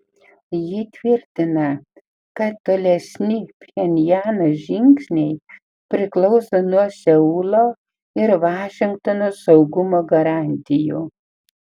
ji tvirtina kad tolesni pchenjano žingsniai priklauso nuo seulo ir vašingtono saugumo garantijų